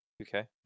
Okay